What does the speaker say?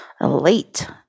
late